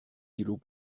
kilos